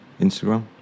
Instagram